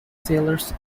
sailors